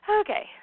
Okay